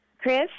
Chris